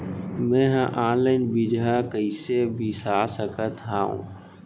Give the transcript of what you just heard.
मे हा अनलाइन बीजहा कईसे बीसा सकत हाव